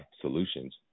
solutions